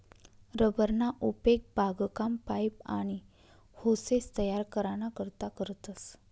rubber ना उपेग बागकाम, पाइप, आनी होसेस तयार कराना करता करतस